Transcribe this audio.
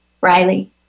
Riley